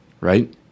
right